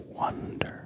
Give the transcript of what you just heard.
Wonder